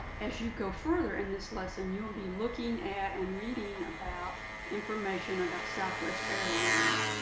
as you go further in this lesson, you'll be looking at and reading about information about southwest airlines.